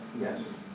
Yes